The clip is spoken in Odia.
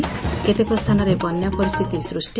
କେତେକ ସ୍ଥାନରେ ବନ୍ୟା ପରିସ୍ଥିତି ସୃଷ୍ଥି